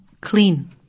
clean